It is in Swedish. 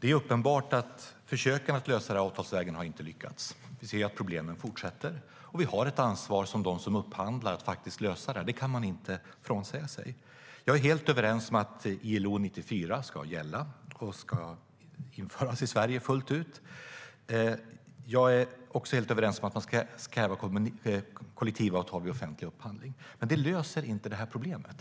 Det är uppenbart att försöken att lösa det här avtalsvägen inte har lyckats. Vi ser att problemen fortsätter. Och vi har ett ansvar, som de som upphandlar, att lösa det här. Det kan man inte frånsäga sig. Jag håller helt med om att ILO 94 ska gälla och ska införas i Sverige fullt ut. Jag håller också helt med om att man ska kräva kollektivavtal vid offentlig upphandling. Men det löser inte det här problemet.